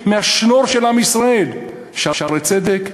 מהשנור של עם ישראל: "שערי צדק",